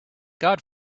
god